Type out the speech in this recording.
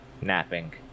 napping